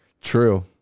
True